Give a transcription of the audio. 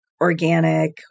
organic